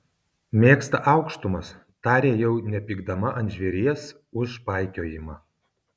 mėgsta aukštumas tarė jau nepykdama ant žvėries už paikiojimą